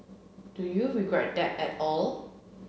do you regret that at all